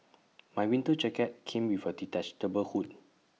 my winter jacket came with A detachable hood